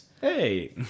Hey